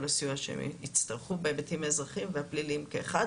הסיוע שהם יצטרכו בהיבטים האזרחיים והפליליים כאחד,